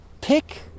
pick